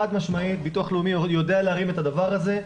חד משמעית ביטוח לאומי יודע להרים את הדבר הזה.